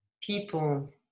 people